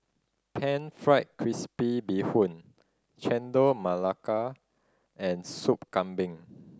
Pan Fried Crispy Bee Hoon Chendol Melaka and Soup Kambing